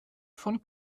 von